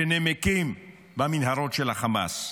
שנמקים במנהרות של החמאס.